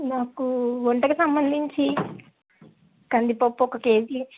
నాకు వంటకి సంబంధించి కందిపప్పు ఒక కేజీ